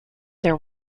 there